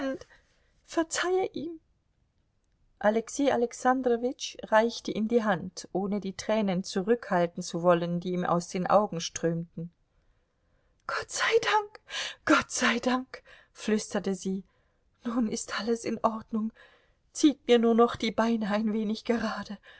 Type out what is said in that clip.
verzeihe ihm alexei alexandrowitsch reichte ihm die hand ohne die tränen zurückhalten zu wollen die ihm aus den augen strömten gott sei dank gott sei dank flüsterte sie nun ist alles in ordnung zieht mir nur noch die beine ein wenig gerade